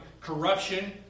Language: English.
corruption